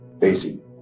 basic